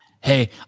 Hey